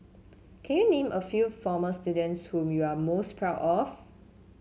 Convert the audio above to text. can you name a few former students whom you are most proud of